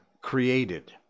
created